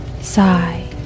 sigh